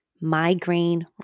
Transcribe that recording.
migraine